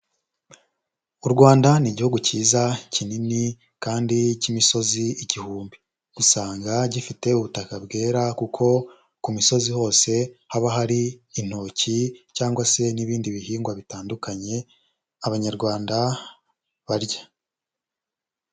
U Rwanda ni Igihugu cyiza kinini kandi cy'imisozi igihumbi, usanga gifite ubutaka bwera kuko ku misozi hose haba hari intoki cyangwa se n'ibindi bihingwa bitandukanye Abanyarwanda barya.